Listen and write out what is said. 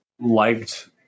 liked